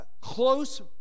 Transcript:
Close